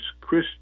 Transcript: Chris